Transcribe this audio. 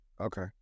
Okay